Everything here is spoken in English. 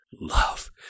love